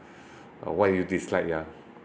uh what you dislike ya